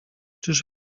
czyż